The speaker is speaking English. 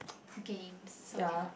games so cannot